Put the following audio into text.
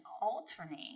alternate